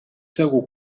segur